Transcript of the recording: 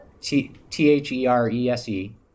T-H-E-R-E-S-E